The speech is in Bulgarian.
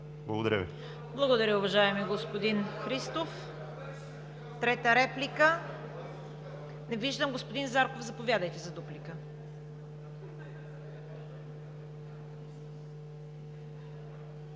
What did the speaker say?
КАРАЯНЧЕВА: Благодаря, уважаеми господин Христов. Трета реплика? Не виждам. Господин Зарков, заповядайте за дуплика.